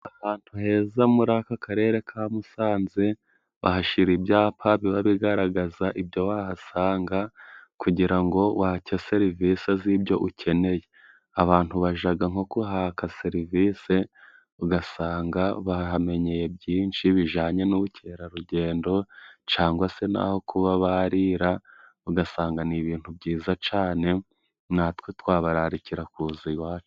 Ahantu heza muri aka karere ka Musanze, bahashira ibyapa biba bigaragaza ibyo wahasanga, kugira ngo wake serivisi z'ibyo ukeneye. Abantu bajaga nko kuhaka serivise ugasanga bahamenyeye byinshi bijanye n'ubukerarugendo, cangwa se n'aho kuba barira ugasanga ni ibintu byiza cane. Natwe twabararikira kuza iwacu.